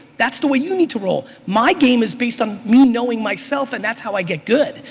that's the way you need to roll. my game is based on me knowing myself and that's how i get good.